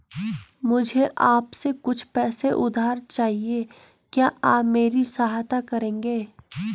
मुझे आपसे कुछ पैसे उधार चहिए, क्या आप मेरी सहायता करेंगे?